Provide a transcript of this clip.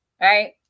Right